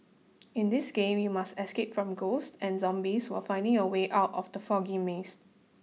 in this game you must escape from ghosts and zombies while finding your way out of the foggy maze